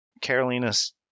Carolina's